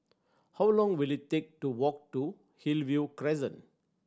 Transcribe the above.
how long will it take to walk to Hillview Crescent